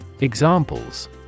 Examples